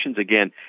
again